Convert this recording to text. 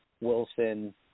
Wilson –